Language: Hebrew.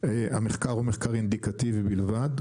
המחקר הוא מחקר אינדיקטיבי בלבד,